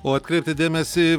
o atkreipti dėmesį